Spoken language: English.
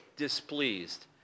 displeased